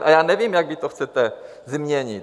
A já nevím, jak vy to chcete změnit.